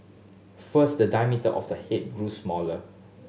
first the diameter of the head grew smaller